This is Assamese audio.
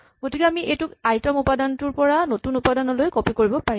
গতিকে আমি এইটোক আই তম উপাদানটোৰ পৰা নতুন উপাদানটোলৈ কপি কৰিব পাৰিম